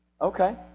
Okay